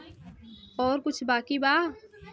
और कुछ बाकी बा?